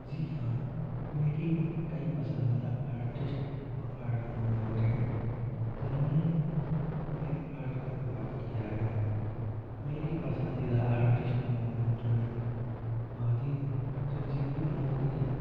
जी हाँ मेरी कई पसंदीदा आर्टिस्ट और आर्ट मूमेंट हैं जिन्होंने मेरी आर्ट को प्रभावित किया है मेरी पसंदीदा आर्टिस्ट मूवमेंट में महादेव शिव जी की मूर्ति है